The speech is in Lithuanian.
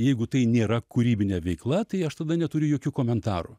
jeigu tai nėra kūrybinė veikla tai aš tada neturiu jokių komentarų